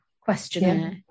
questionnaire